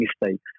mistakes